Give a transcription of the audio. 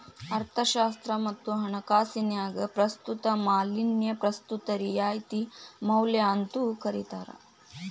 ಅರ್ಥಶಾಸ್ತ್ರ ಮತ್ತ ಹಣಕಾಸಿನ್ಯಾಗ ಪ್ರಸ್ತುತ ಮೌಲ್ಯನ ಪ್ರಸ್ತುತ ರಿಯಾಯಿತಿ ಮೌಲ್ಯ ಅಂತೂ ಕರಿತಾರ